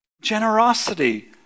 Generosity